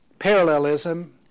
Parallelism